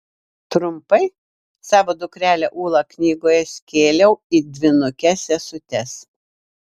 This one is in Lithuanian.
trumpai savo dukrelę ūlą knygoje skėliau į dvynukes sesutes